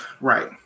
Right